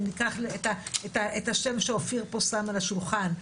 אם ניקח את השם שאופיר שם פה על השולחן,